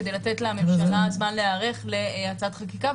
כדי לתת לממשלה זמן להיערך להצעת חקיקה,